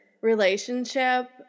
relationship